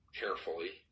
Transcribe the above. carefully